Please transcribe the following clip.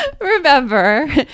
remember